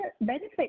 benefit